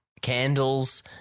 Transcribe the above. candles